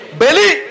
belly